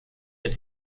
had